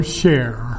share